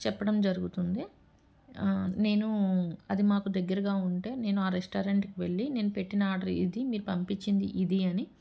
చెప్పడం జరుగుతుంది నేను అది మాకు దగ్గరగా ఉంటే నేను ఆ రెస్టారెంట్కి వెళ్ళాలి నేను పెట్టిన ఆర్డర్ ఇది మీరు పంపించింది ఇది అని